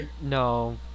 no